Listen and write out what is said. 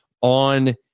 on